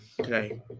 Okay